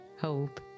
hope